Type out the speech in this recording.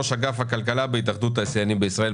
ראש אגף כלכלה בהתאחדות התעשיינים בישראל,